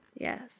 Yes